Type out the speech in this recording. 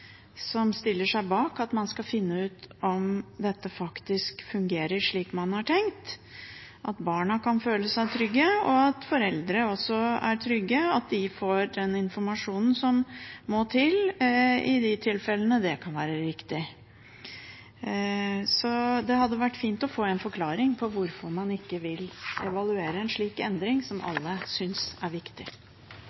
som stiller seg bak at man skal finne ut om dette faktisk fungerer slik man har tenkt, at barna kan føle seg trygge, og at foreldre også er trygge på at de får den informasjonen som må til, i de tilfellene det kan være riktig. Det hadde vært fint å få en forklaring på hvorfor man ikke vil evaluere en slik endring, som